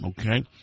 okay